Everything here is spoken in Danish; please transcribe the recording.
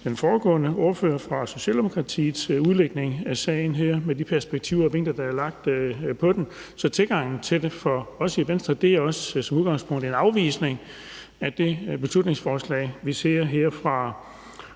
den foregående ordfører fra Socialdemokratiets udlægning af sagen med de perspektiver og vinkler, der er lagt på den. Så tilgangen til det for os i Venstre er som udgangspunkt også en afvisning af det beslutningsforslag, vi her har fra